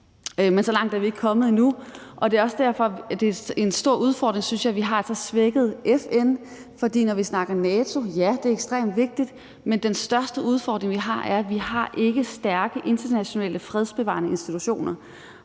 Men så langt er vi ikke kommet endnu, og det er også derfor, at det er en stor udfordring, at vi har et så svækket FN, synes jeg. For når vi snakker NATO, ja, så er det ekstremt vigtigt, men den største udfordring, vi har, er, at vi ikke har stærke internationale fredsbevarende institutioner,